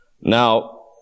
Now